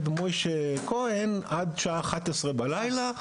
מסוים זה יהיה עד אחת עשרה בלילה,